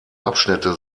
abschnitte